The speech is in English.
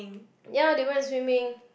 ya they went swimming